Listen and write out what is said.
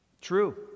True